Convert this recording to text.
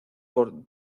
por